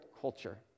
culture